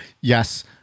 Yes